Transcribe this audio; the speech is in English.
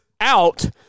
out –